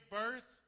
birth